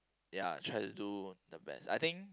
ya try to do the best I think